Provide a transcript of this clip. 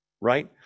right